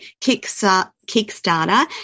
Kickstarter